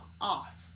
off